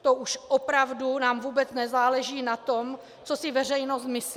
To už opravdu nám vůbec nezáleží na tom, co si veřejnost myslí?